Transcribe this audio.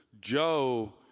Joe